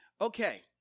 Okay